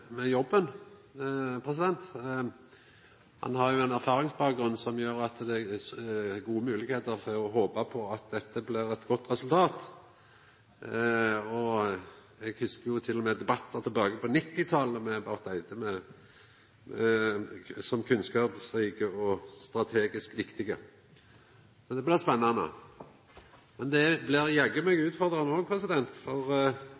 med jobben. Han har jo ein erfaringsbakgrunn som gjer at det er gode moglegheiter for å håpa på at det blir eit godt resultat her. Eg hugsar til og med debattane tilbake på 1990-talet, med Barth Eide som kunnskapsrik og viktig strateg. Det blir spennande. Men det blir jaggu meg utfordrande òg. For